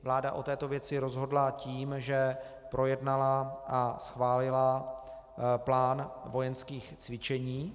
Vláda o této věci rozhodla tím, že projednala a schválila plán vojenských cvičení.